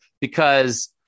Because-